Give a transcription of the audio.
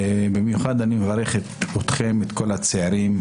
אני מברך במיוחד את כל הצעירים.